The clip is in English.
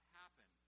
happen